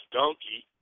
donkey